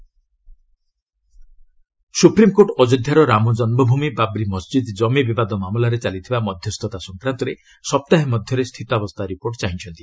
SC Ayodhya supreme court ଅଯୋଧ୍ୟାର ରାମ ଜନ୍ମଭୂମି ବାବ୍ରି ମସ୍ଜିଦ୍ ଜମି ବିବାଦ ମାମଲାରେ ଚାଲିଥିବା ମଧ୍ୟସ୍ତା ସଂକ୍ରାନ୍ତରେ ସପ୍ତାହେ ମଧ୍ୟରେ ସ୍ଥିତାବସ୍ଥା ରିପୋର୍ଟ୍ ଚାହିଁଛନ୍ତି